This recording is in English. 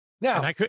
Now